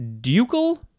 ducal